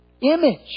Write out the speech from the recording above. image